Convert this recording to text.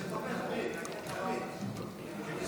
יש